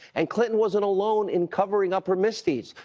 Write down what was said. and clinton wasn't alone in covering up her misdeeds.